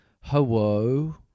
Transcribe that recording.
hello